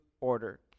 order